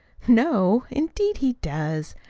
know? indeed he does.